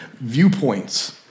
viewpoints